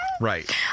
right